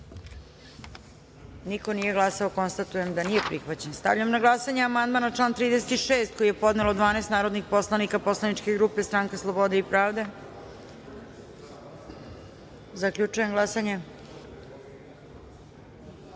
niko nije glasao. Konstatujem da amandman nije prihvaćen. Stavljam na glasanje amandman na član 36. koji je podnelo 12 narodnih poslanika poslaničke grupe Stranka slobode i pravde. Zaključujem glasanje: